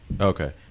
Okay